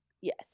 Yes